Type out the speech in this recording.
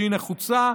שהיא נחוצה,